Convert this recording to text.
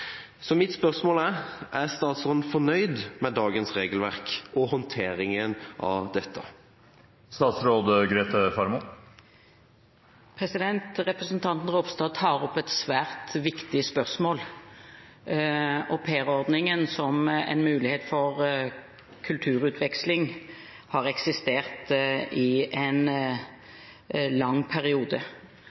Mitt spørsmål er: Er statsråden fornøyd med dagens regelverk og håndteringen av det? Representanten Ropstad tar opp et svært viktig spørsmål. Aupairordningen som en mulighet for kulturutveksling har eksistert i en lang periode.